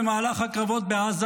במהלך הקרבות בעזה,